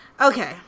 Okay